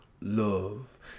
love